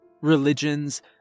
religions